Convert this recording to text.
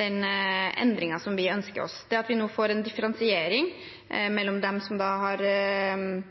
endringen vi ønsker oss. Det at vi nå får en differensiering mellom dem som har